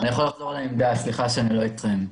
סליחה שאני לא אתכם.